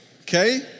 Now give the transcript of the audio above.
Okay